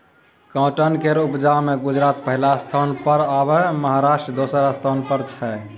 cotton केर उपजा मे गुजरात पहिल स्थान पर आ महाराष्ट्र दोसर स्थान पर छै